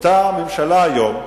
אותה ממשלה היום,